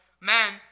men